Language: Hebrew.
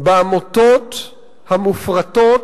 בעמותות המופרטות.